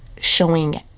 showing